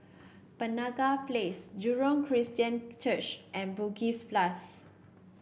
Penaga Place Jurong Christian Church and Bugis Plus